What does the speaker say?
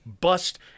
bust